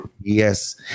yes